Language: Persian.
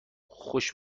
خوش